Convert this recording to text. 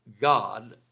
God